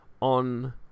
on